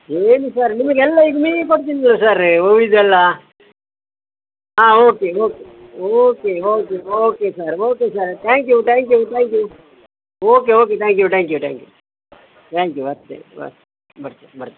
ಏನು ಸರ್ ನಿಮಗೆಲ್ಲ ಇಲ್ಲಿಗೆ ಕೊಡ್ತಿದ್ದೆನಲ್ಲ ಸರಿ ಹೂವಿಂದೆಲ್ಲ ಹಾಂ okay okay okay okay okay sir okay sir thank you thank you thank you okay okay thank you thank you thank you thank you ಬರ್ತೆ ಬರ್ತೆ ಬರ್ತೆ ಬರ್ತೆ